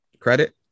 Credit